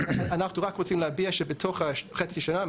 אנחנו רק רוצים להביע שבתוך חצי שנה,